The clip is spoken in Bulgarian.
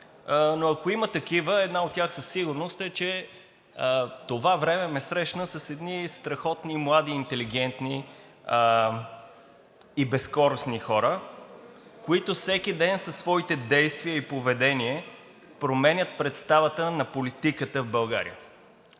но ако има такива, една от тях със сигурност е, че това време ме срещна с едни страхотни, млади, интелигентни и безкористни хора, които всеки ден със своите действия и поведение променят представата за политиката в България.